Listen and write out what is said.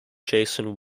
jason